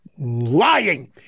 Lying